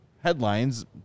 headlines